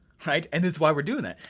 right, and it's why we're doing that.